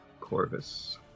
Corvus